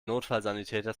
notfallsanitäter